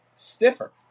Stiffer